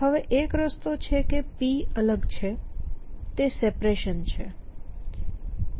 હવે એક રસ્તો છે કે P અલગ છે તે સેપરેશન છે